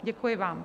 Děkuji vám.